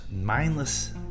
mindless